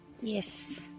Yes